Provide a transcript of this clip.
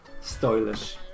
stylish